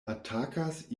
atakas